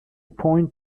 point